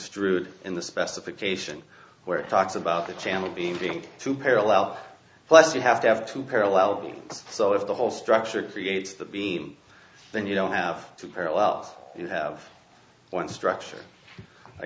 in the specification where it talks about the channel being being too parallel plus you have to have two parallel things so if the whole structure creates the beam then you don't have to parallel you have one structure i